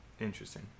Interesting